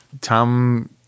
Tom